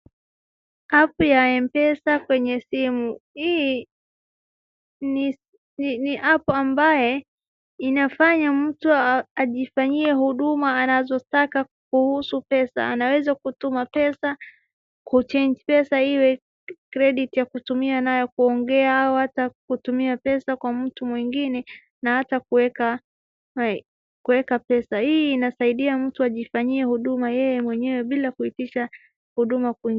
App ya Mpesa kwenye simu. Hii ni app ambaye inafanya mtu ajifanyie huduma anazotaka kuhusu pesa. Anaweza kutuma pesa, kuchange pesa iwe credit ya kutumia nayo kuongea au hata kutumia pesa kwa mtu mwingine na hata kuweka kuweka pesa. Hii inasaidia mtu ajifanyie huduma yeye mwenyewe bila kuitisha huduma kwingine.